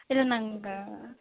இல்லை நாங்கள்